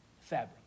fabric